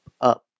up